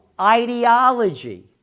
ideology